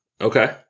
okay